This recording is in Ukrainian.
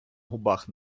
губах